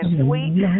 sweet